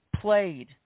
played